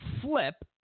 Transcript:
flip